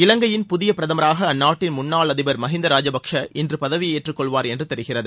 இலங்கையின் புதிய பிரதமராக அந்நாட்டின் முன்னாள் அதிபர் மகிந்த ராஜபக்ஷே இன்று பதவியேற்றுக்கொள்வார் என்று தெரிகிறது